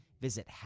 Visit